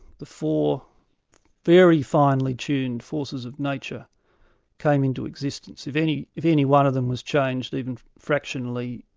the four very finely tuned forces of nature came into existence. if any if any one of them was changed even fractionally,